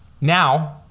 Now